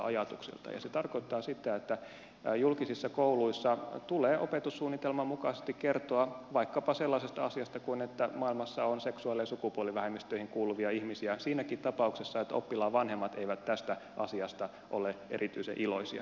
se tarkoittaa sitä että julkisissa kouluissa tulee opetussuunnitelman mukaisesti kertoa vaikkapa sellaisesta asiasta kuin että maailmassa on seksuaali ja sukupuolivähemmistöihin kuuluvia ihmisiä siinäkin ta pauksessa että oppilaan vanhemmat eivät tästä asiasta ole erityisen iloisia